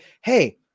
Hey